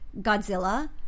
Godzilla